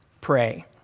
pray